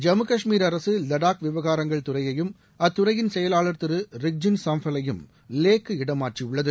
ஜம்மு காஷ்மீர் அரசு வடாக் விவகாரங்கள் துறையையும் அத்துறையின் செயலாளா் திரு ரிக்ஜின் சாம்ஃபல் யையும் லே க்கு இடம் மாற்றியுள்ளது